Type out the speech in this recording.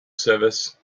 service